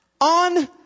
On